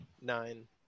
Nine